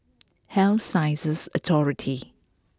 Health Sciences Authority